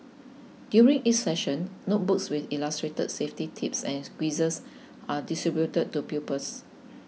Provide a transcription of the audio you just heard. during each session notebooks with illustrated safety tips and quizzes are distributed to pupils